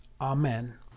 Amen